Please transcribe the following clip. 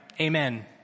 Amen